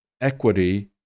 equity